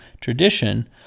tradition